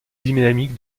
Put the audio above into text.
dynamique